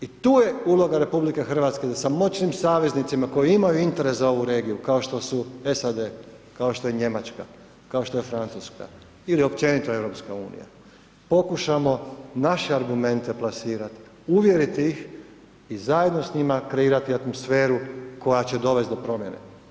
I tu je uloga RH da sa moćnim saveznicima koji imaju interes za ovu regiju kao što su SAD, kao što je Njemačka, kao što je Francuska ili općenito EU pokušamo naše argumente plasirati, uvjeriti ih i zajedno s njima kreirati atmosferu koja će dovest do promjene.